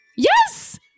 Yes